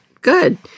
Good